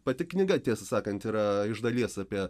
pati knyga tiesą sakant yra iš dalies apie